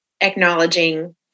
acknowledging